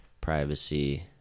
privacy